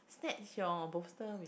snatch your bolster with